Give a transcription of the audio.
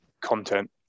content